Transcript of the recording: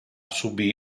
subì